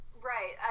right